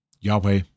Yahweh